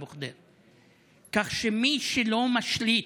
כך שמי שלא משליט